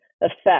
effect